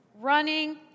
running